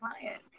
client